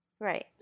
Right